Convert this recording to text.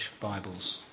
Bibles